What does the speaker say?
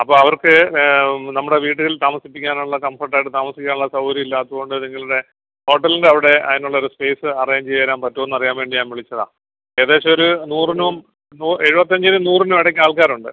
അപ്പം അവർക്ക് നമ്മുടെ വീട്ടിൽ താമസിപ്പിക്കാനുള്ള കംഫോട്ടായിട്ട് താമസിക്കാനുള്ള സൗകര്യം ഇല്ലാത്തതുകൊണ്ട് നിങ്ങളുടെ ഹോട്ടലിന്റെ അവിടെ അതിന് ഉള്ള ഒരു സ്പേയ്സ്സ് അറേഞ്ച് ചെയ്ത് തരാൻ പറ്റുമോ എന്നറിയാൻ വേണ്ടി ഞാൻ വിളിച്ചതാണ് ഏകദേശമൊരു നൂറിനും നൂ എഴുപത്തഞ്ചിനും നൂറിനും ഇടയ്ക്ക് അവരുണ്ട്